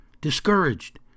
discouraged